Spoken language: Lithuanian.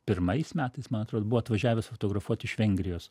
pirmais metais man atrodo buvo atvažiavęs fotografuot iš vengrijos